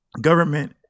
government